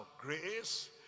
grace